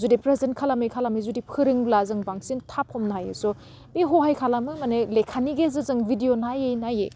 जुदि फ्रेजेन्ट खालामै खालामै जुदि फोरोंब्ला जों बांसिन थाब हमनो हायो स बे हहाय खालामो माने लेखानि गेजेरजों भिडिअ नाययै नाययै